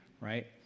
right